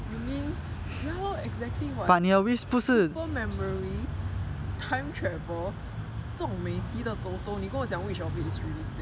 you mean ya lor exactly [what] super memory time travel 中每几的 TOTO 你跟我讲 which of it is realistic